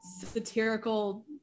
satirical